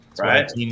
right